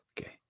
Okay